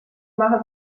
mache